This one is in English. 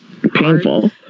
Painful